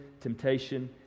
temptation